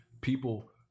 people